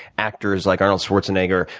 actors like arnold schwarzenegger,